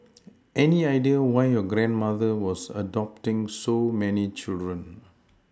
any idea why your grandmother was adopting so many children